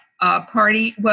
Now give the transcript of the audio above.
party